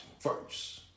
first